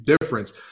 difference